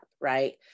right